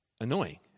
annoying